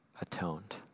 atoned